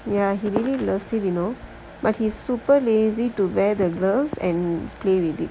ya I really love it you know it is super easy to wear the dress